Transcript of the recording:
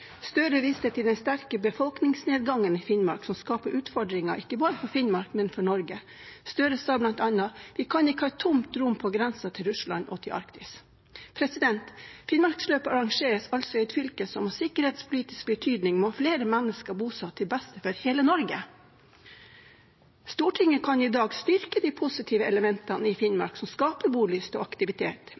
Støre viste til den sterke befolkningsnedgangen i Finnmark, som skaper utfordringer ikke bare for Finnmark, men også for Norge. Støre sa bl.a. at vi ikke kan ha et tomt rom på grensen til Russland og Arktis. Finnmarksløpet arrangeres altså i et fylke som av sikkerhetspolitiske grunner bør ha flere mennesker boende der, til beste for hele Norge. Stortinget kan i dag styrke de positive elementene i Finnmark som skaper bolyst og aktivitet,